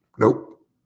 Nope